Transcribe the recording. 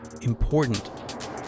important